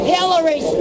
Hillary